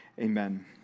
Amen